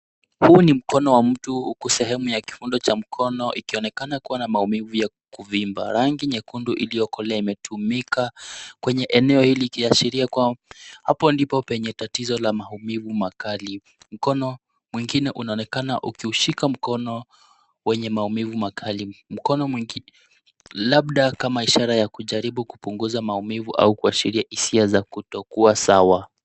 Huu ni mkono wa mtu uku sehemu yakiundo cha mkono ikionekana kuwa na maumivu ya kuvimba, rangi nyekundu iliokolea imetumika kwenye eneo hili likiashiria kuwa apo ndipo penye tatizo la maumivu makali, mkono mwingine unaonekana ukiushika mkono wenye maumivu makali. Labda kama ishara ya kujaribu kupunguza maumivu au kuashiria hisia za kutokuwa sawa.